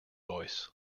voice